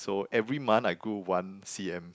so every month I grew one c_m